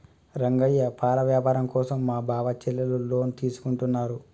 రంగయ్య పాల వ్యాపారం కోసం మా బావ చెల్లెలు లోన్ తీసుకుంటున్నారు